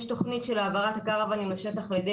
יש תכנית של העברת הקרוואנים לשטח על ידי